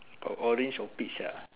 orange or peach uh